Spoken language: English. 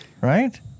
Right